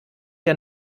der